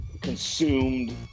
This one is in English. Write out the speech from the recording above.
Consumed